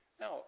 Now